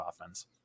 offense